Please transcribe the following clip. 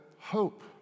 hope